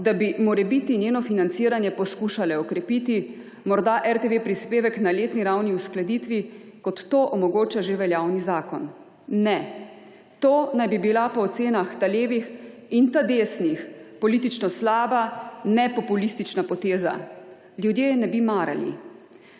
da bi morebiti njeno financiranje poskušale okrepiti, morda RTV prispevek na letni ravni uskladiti, kot to omogoča že veljavni zakon. Ne, to naj bi bila po ocenah ta levih in ta desnih politično slaba, nepopulistična poteza, ljudje je ne bi marali.